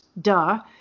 duh